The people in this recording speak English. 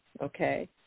okay